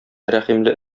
рәхимле